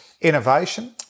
innovation